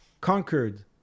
conquered